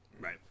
right